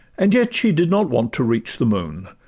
and yet she did not want to reach the moon,